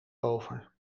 over